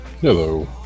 Hello